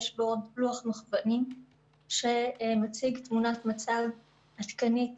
ויש בו לוח מחוונים שמציג תמונת מצב עדכנית